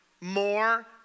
more